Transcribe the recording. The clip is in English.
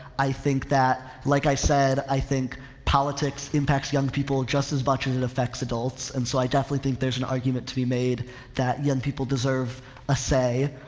i think that, like i said, i think politics impacts young people just as much as it affects adults and so i definitely think there's an argument to be made that young people deserve a say,